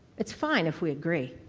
it's fine if we agree,